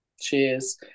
Cheers